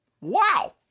Wow